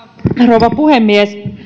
rouva puhemies